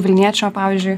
vilniečio pavyzdžiui